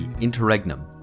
interregnum